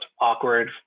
awkward